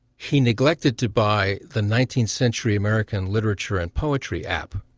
he neglected to buy the nineteenth century american literature and poetry app.